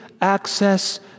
access